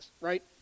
right